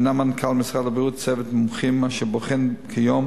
מינה מנכ"ל משרד הבריאות צוות מומחים אשר בוחן כיום